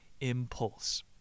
impulse